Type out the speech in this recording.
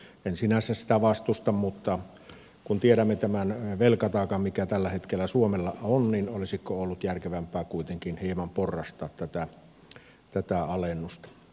en sinänsä sitä vastusta mutta kun tiedämme tämän velkataakan mikä tällä hetkellä suomella on niin olisiko ollut järkevämpää kuitenkin hieman porrastaa tätä alennusta